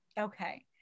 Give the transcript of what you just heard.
Okay